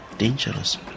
dangerous